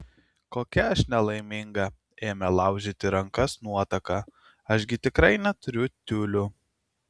kokia aš nelaiminga ėmė laužyti rankas nuotaka aš gi tikrai neturiu tiulių